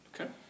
okay